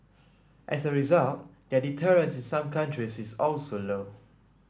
as a result their deterrence in some countries is also low